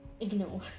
Ignore